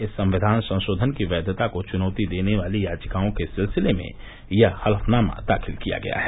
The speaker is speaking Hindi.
इस संविधान संशोधन की वैधता को चुनौती देने वाली याचिकाओं के सिलसिले में यह हलफनामा दाखिल किया गया है